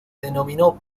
denominó